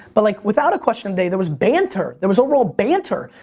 but like without a question day, there was banter. there was overall banter.